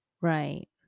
Right